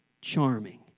charming